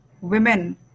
women